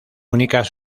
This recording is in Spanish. únicas